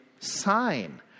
sign